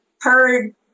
heard